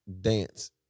dance